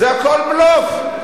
זה הכול בלוף,